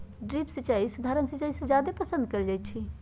drip सिंचाई सधारण सिंचाई से जादे पसंद कएल जाई छई